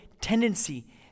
tendency